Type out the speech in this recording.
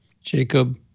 Jacob